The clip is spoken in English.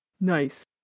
Nice